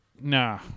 nah